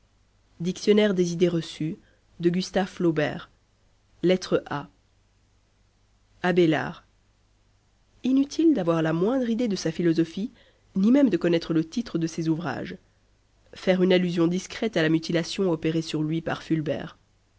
y a abelard inutile d'avoir la moindre idée de sa philosophie ni même de connaître le titre de ses ouvrages faire une allusion discrète à la mutilation opérée sur lui par fulbert